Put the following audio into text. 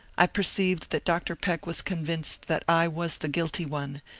i perceived that dr. peck was convinced that i was the guilty one,